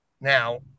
now